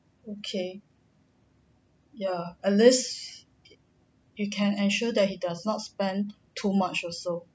okay ya unless you can ensure that he does not spend too much also